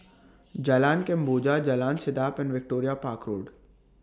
Jalan Kemboja Jalan Sedap and Victoria Park Road